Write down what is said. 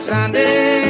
Sunday